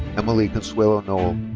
emily consuelo nole.